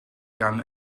gan